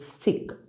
sick